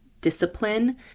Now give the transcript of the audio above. discipline